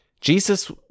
Jesus